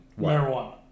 Marijuana